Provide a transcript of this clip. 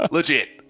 Legit